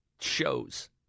shows